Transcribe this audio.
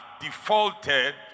defaulted